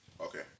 Okay